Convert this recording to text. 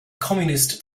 communist